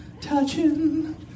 touching